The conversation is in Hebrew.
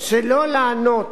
שלא לענות